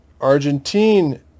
Argentine